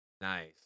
nice